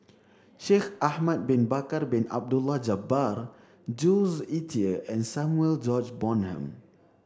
Shaikh Ahmad Bin Bakar Bin Abdullah Jabbar Jules Itier and Samuel George Bonham